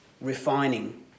refining